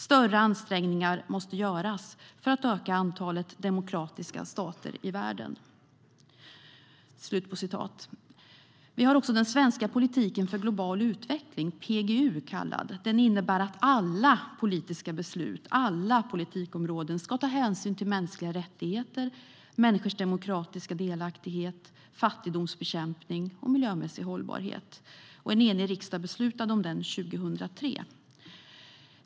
Större ansträngningar måste göras på att öka antalet demokratiska stater i världen." Vi har också den svenska politiken för global utveckling, PGU. Den innebär att alla politiska beslut och alla politikområden ska ta hänsyn till mänskliga rättigheter, människors demokratiska delaktighet, fattigdomsbekämpning och miljömässig hållbarhet. En enig riksdag beslutade om den 2003.